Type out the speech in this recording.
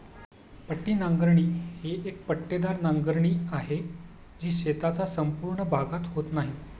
पट्टी नांगरणी ही एक पट्टेदार नांगरणी आहे, जी शेताचा संपूर्ण भागात होत नाही